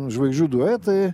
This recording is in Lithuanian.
žvaigždžių duetai